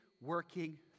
working